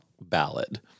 ballad